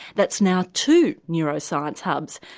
that's now two neuroscience hubs,